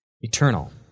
eternal